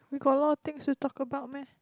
we got a lot of things to talk about meh